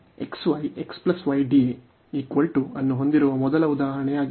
ಅನ್ನು ಹೊಂದಿರುವ ಮೊದಲ ಉದಾಹರಣೆಯಾಗಿದೆ